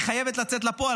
היא חייבת לצאת לפועל,